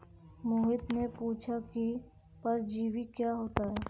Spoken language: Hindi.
मोहित ने पूछा कि परजीवी क्या होता है?